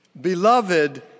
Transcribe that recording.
Beloved